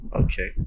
Okay